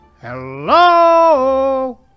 Hello